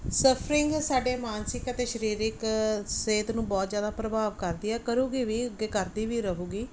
suffering ਸਾਡੇ ਮਾਨਸਿਕ ਅਤੇ ਸਰੀਰਿਕ ਸਿਹਤ ਨੂੰ ਬਹੁਤ ਜ਼ਿਆਦਾ ਪ੍ਰਭਾਵ ਕਰਦੀ ਆ ਕਰੇਗੀ ਵੀ ਅੱਗੇ ਕਰਦੇ ਵੀ ਰਹੇਗੀ